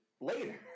later